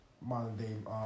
modern-day